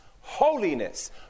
holiness